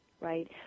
right